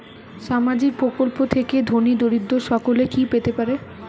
সামাজিক প্রকল্প থেকে ধনী দরিদ্র সকলে কি পেতে পারে?